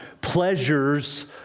pleasures